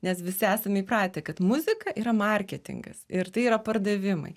nes visi esam įpratę kad muzika yra marketingas ir tai yra pardavimai